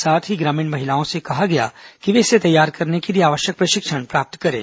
साथ ही ग्रामीण महिलाओं ने कहा गया कि वे इसे तैयार करने के लिए आवश्यक प्रशिक्षण प्राप्त करें